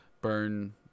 burn